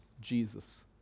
Jesus